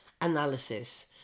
analysis